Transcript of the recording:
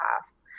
past